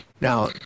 Now